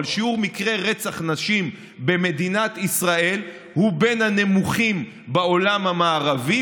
אבל שיעור מקרי רצח נשים במדינת ישראל הוא בין הנמוכים בעולם המערבי,